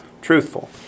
Truthful